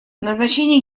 назначение